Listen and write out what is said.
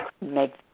make